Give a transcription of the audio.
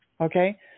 okay